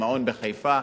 למעון בחיפה,